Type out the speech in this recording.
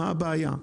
מה הבעיה?